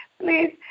Please